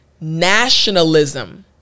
nationalism